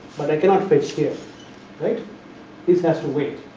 but i cannot fetch here right this has to wait.